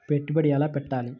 పెట్టుబడి ఎలా పెట్టాలి?